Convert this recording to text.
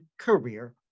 Career